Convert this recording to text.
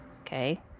okay